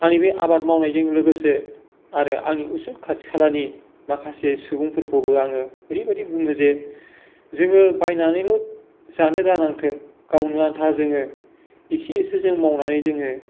आंनि बे आबाद मावनायजों लोगोसे आरो आंनि उसुं खाथि खालानि माखासे सुबुंफोरखौबो आङो ओरैबायदि बुङो जे जोङो बायनानैल' जानो दानांथों गावनो आन्था जोङो इसे इसे जों मावनानै जोङो